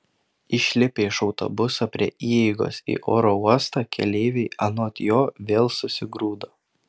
išlipę iš autobuso prie įeigos į oro uostą keleiviai anot jo vėl susigrūdo